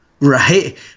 Right